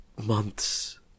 Months